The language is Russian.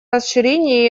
расширение